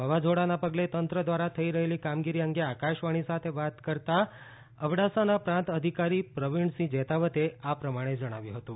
વાવાઝોડાના પગલે તંત્ર દ્વારા થઈ રહેલી કામગીરી અંગે આકાશવાણી સાથે વાત કરતા અબડાસાના પ્રાંત અધિકારી પ્રવિણસિંહ જૈતાવતે આ પ્રમાણે જણાવ્યું હતું